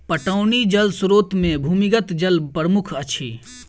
पटौनी जल स्रोत मे भूमिगत जल प्रमुख अछि